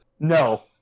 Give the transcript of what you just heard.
no